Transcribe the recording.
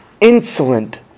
insolent